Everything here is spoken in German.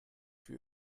für